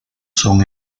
son